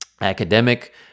academic